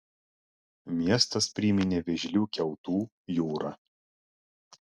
miestas priminė vėžlių kiautų jūrą